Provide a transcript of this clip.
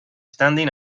standing